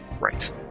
Right